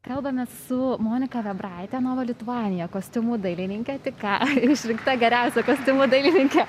kalbamės su monika vėbraite nova lituanija kostiumų dailininke tik ką išrinkta geriausia kostiumų dailininke